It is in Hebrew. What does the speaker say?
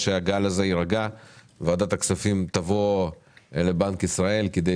כאשר הגל הזה יירגע ועדת הכספים תבקר בבנק ישראל כדי